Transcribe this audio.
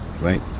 right